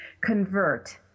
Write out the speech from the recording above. convert